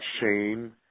shame